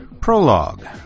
Prologue